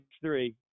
three